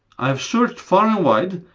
i have searched far and wide,